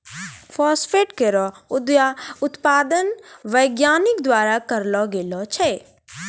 phosphate केरो उत्पादन वैज्ञानिक द्वारा करलो गेलो छै